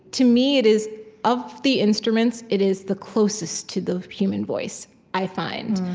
to me, it is of the instruments, it is the closest to the human voice, i find.